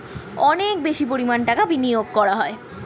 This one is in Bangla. অনেক বেশি পরিমাণ টাকা বিনিয়োগ করা হয়